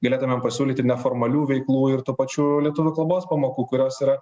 galėtumėm pasiūlyti neformalių veiklų ir tų pačių lietuvių kalbos pamokų kurios yra